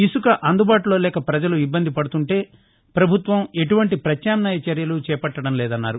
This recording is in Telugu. ఇసుక అందుబాటులో లేక ప్రజలు ఇబ్బంది పడుతుంటే ప్రభుత్వం ఎటువంటి ప్రత్యామ్నాయ చర్యలు చేపట్టడం లేదన్నారు